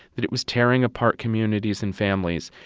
that it was tearing apart communities and families.